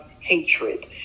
hatred